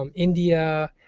um india,